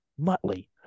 Muttley